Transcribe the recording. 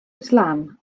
islam